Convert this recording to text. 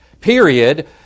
period